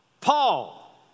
Paul